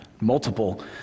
multiple